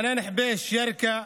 ענאן חביש מירכא,